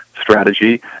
strategy